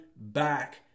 back